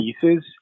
pieces